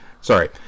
Sorry